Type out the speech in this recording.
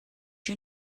you